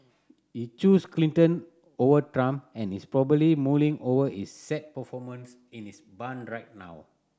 he chose Clinton over Trump and is probably mulling over his sad performance in his barn right now